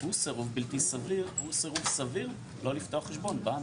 הוא סירוב סביר לא לפתוח חשבון בנק.